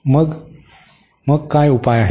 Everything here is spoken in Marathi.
मग मग काय उपाय आहे